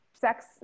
sex